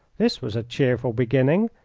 this was a cheerful beginning.